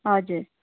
हजुर